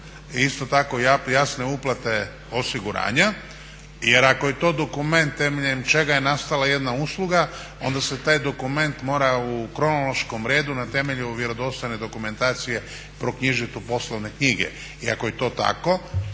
isto tako jasne uplate osiguranja, jer ako je to dokument temeljem čega je nastala jedna usluga, onda se taj dokument mora u kronološkom redu na temelju vjerodostojne dokumentacije proknjižiti u poslovne knjige. I ako je to tako,